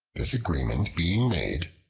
this agreement being made,